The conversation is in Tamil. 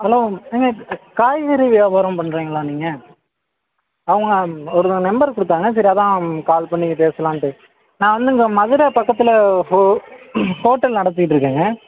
ஹலோ ஏங்க காய்கறி வியாபாரம் பண்ணுறீங்களா நீங்கள் அவங்க ஒருத்தவங்க நம்பர் கொடுத்தாங்க சரி அதுதான் கால் பண்ணி பேசலாண்ட்டு நான் வந்து இங்கே மதுரை பக்கத்தில் ஹோ ஹோட்டல் நடத்திகிட்ருக்கேங்க